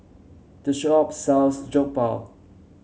this shop sells Jokbal